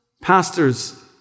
Pastors